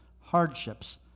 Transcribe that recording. hardships